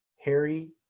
Harry